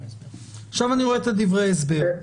עכשיו אני רואה את דברי ההסבר,